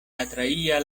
atraía